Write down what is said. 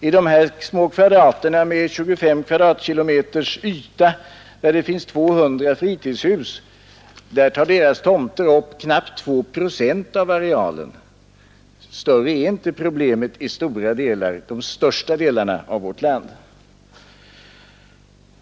I de på kartan uppritade små kvadraterna med 25 kvadratkilometers yta, där det finns 200 fritidshus, tar fritidshusens tomter upp knappt 2 procent av arealen. Större är inte problemet i de övervägande delarna av vårt land.